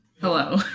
Hello